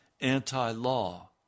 anti-law